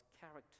character